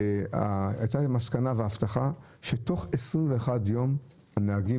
הייתה מסקנה והבטחה שתוך 21 ימים נהגי